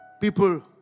People